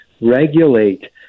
regulate